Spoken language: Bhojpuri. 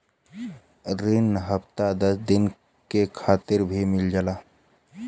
रिन हफ्ता दस दिन खातिर भी मिल जाला